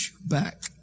back